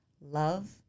love